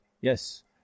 yes